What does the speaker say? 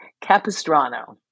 Capistrano